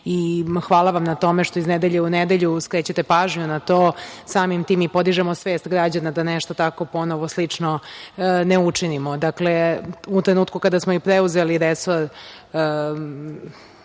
hvala vam na tome što iz nedelje u nedelju skrećete pažnju na to. Samim tim, mi podižemo svest građana da nešto tako ponovo slično ne učinimo. Dakle, u trenutku kada smo i preuzeli resor